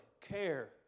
care